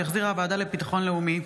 שהחזירה הוועדה לביטחון לאומי.